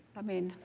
i mean,